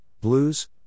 blues